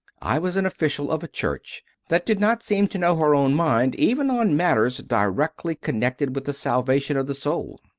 i was an official of a church that did not seem to know her own mind even on matters directly con nected with the salvation of the soul.